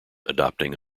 adopting